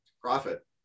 Profit